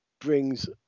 brings